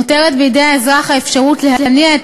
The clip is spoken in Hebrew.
נותרת בידי האזרח האפשרות להניע את